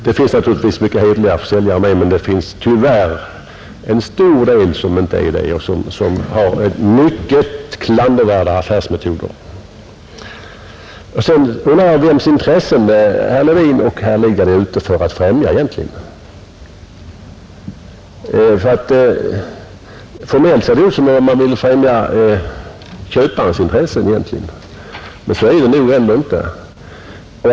Det finns naturligtvis många hederliga försäljare, men det finns tyvärr en stor del som inte är det och som har mycket klandervärda affärsmetoder. Vems intressen är herrar Levin och Lidgard ute för att främja egentligen? Formellt ser det ut som om de ville främja köparens intressen, men så är det nog ändå inte.